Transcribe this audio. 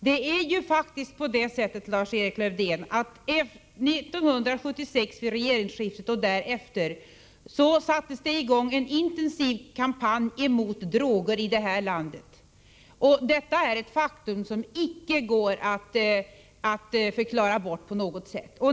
Det är ju faktiskt på det sättet, Lars-Erik Lövdén, att vid regeringsskiftet 1976 och därefter sattes en intensiv kampanj i gång mot droger i det här landet. Detta är ett faktum som icke går att förklara bort på något sätt.